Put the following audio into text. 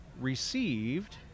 received